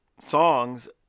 songs